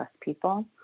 people